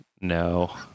no